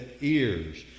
ears